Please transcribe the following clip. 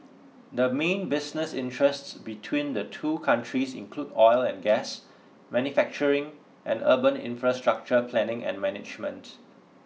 the main business interests between the two countries include oil and gas manufacturing and urban infrastructure planning and management